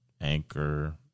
Anchor